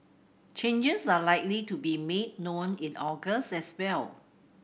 changes are likely to be made known in August as well